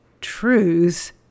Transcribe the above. truth